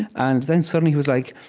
and then suddenly, he was like,